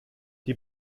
die